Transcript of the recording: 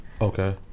Okay